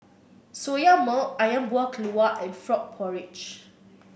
Soya Milk ayam Buah Keluak and Frog Porridge